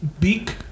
beak